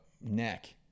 neck